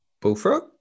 Bullfrog